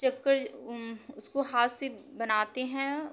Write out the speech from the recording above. चक्कर उसको हाथ से बनाते हैं